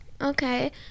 Okay